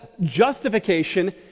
justification